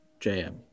JM